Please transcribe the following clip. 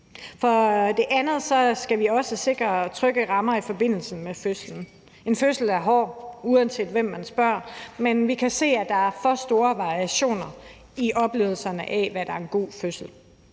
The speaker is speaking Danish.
For det andet skal vi også sikre trygge rammer i forbindelse med fødslen. En fødsel er hård, uanset hvem man spørger. Men vi kan se, at der er for store variationer i oplevelserne, i forhold til hvad der er en god fødsel.